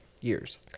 years